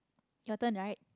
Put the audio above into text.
your turn right